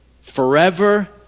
forever